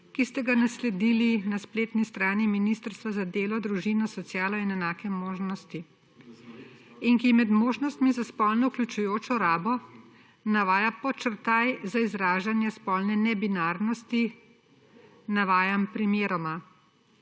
ki je objavljen na spletni strani Ministrstva za delo, družino, socialne zadeve in enake možnosti, ki med možnostmi za spolno vključujočo rabo navaja podčrtaj za izražanje spolne nebinarnosti. Navajam primeroma: